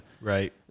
Right